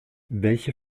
welche